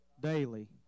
Daily